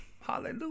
Hallelujah